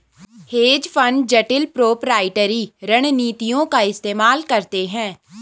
hedge fund जटिल proprietary रणनीतियों का इस्तेमाल करते हैं